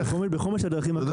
בחומש הדרכים הקרוב --- איך?